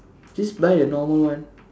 just buy a normal one